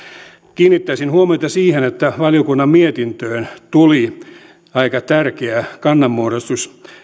kiinnittäisin huomiota siihen että valiokunnan mietintöön tuli aika tärkeä kannanmuodostus